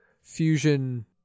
fusion